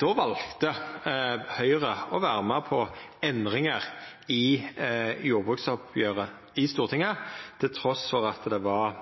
Då valde Høgre å vera med på endringar i jordbruksoppgjeret i Stortinget, trass i at det var